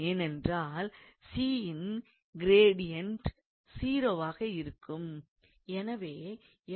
ஏனென்றால் c யின் gradient 0 வாக இருக்கும்